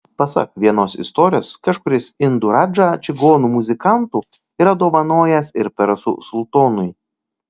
pasak vienos istorijos kažkuris indų radža čigonų muzikantų yra dovanojęs ir persų sultonui